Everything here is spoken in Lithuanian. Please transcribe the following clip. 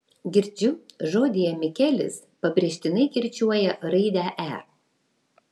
girdžiu žodyje mikelis pabrėžtinai kirčiuoja raidę e